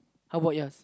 how about yours